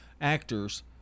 actors